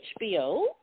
HBO